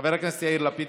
חבר הכנסת יאיר לפיד.